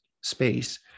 space